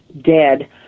dead